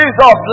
Jesus